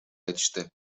айтышты